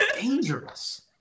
dangerous